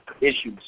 issues